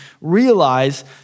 realize